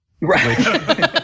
Right